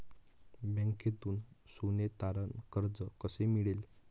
बँकेतून सोने तारण कर्ज कसे मिळेल?